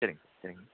சரிங்க சரிங்க